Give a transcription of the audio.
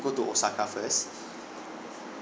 go to osaka first